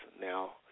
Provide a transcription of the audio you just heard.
Now